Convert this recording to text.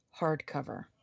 hardcover